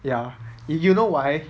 ya you know why